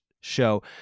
show